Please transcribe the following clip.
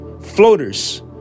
Floaters